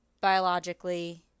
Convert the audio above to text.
biologically –